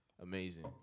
Amazing